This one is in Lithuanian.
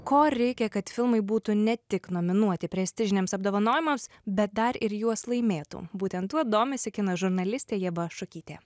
ko reikia kad filmai būtų ne tik nominuoti prestižiniams apdovanojimams bet dar ir juos laimėtų būtent tuo domisi kino žurnalistė ieva šukytė